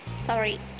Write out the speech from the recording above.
sorry